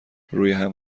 رویهم